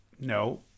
No